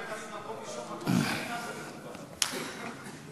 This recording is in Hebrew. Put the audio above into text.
מקבל כזה מקום ראשון, מקום שני זה גם כן מכובד.